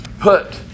put